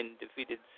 defeated